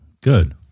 Good